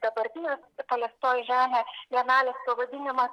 dabartinė paliktoji žemė bienalės pavadinimas